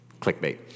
Clickbait